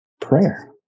prayer